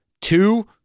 two